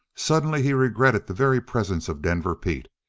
suddenly he regretted the very presence of denver pete.